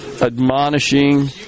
admonishing